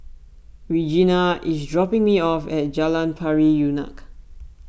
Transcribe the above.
Regina is dropping me off at Jalan Pari Unak